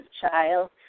child